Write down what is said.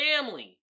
family